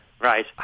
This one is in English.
Right